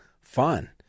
fun